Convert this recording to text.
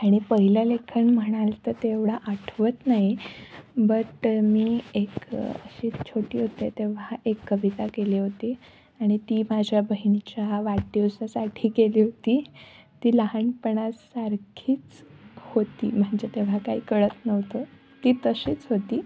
आणि पहिलं लेखन म्हणाल तर तेवढं आठवत नाही बट मी एक अशी छोटी होते तेव्हा एक कविता केली होती आणि ती माझ्या बहिणीच्या वाढदिवसासाठी केली होती ती लहानपणासारखीच होती म्हणजे तेव्हा काही कळत नव्हतं ती तशीच होती